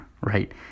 right